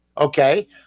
okay